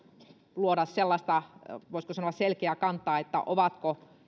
luoda sellaista voisiko sanoa selkeää kantaa ovatko